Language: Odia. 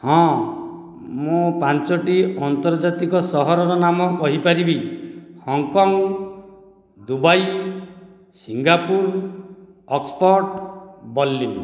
ହଁ ମୁଁ ପାଞ୍ଚୋଟି ଆର୍ନ୍ତଜାତିକ ସହରର ନାମ କହିପାରିବି Hong Kong Dubai Singapore Oxford Berlin